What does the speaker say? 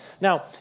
Now